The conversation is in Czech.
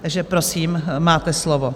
Takže prosím, máte slovo.